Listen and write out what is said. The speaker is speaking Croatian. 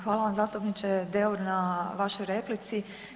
Hvala vam, zastupniče Deur na vašoj replici.